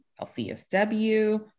LCSW